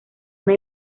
una